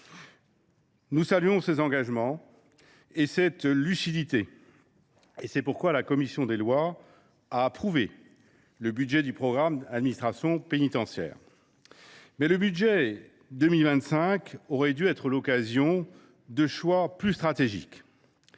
Nous saluons ces engagements et cette lucidité, raison pour laquelle la commission des lois a approuvé le budget du programme « Administration pénitentiaire ». Toutefois, le budget 2025 aurait dû être l’occasion de choix plus stratégiques.